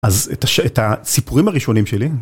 אז את הסיפורים הראשונים שלי...